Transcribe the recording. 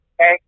Okay